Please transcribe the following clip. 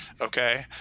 Okay